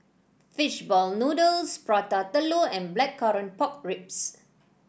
fish ball noodles Prata Telur and Blackcurrant Pork Ribs